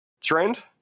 trend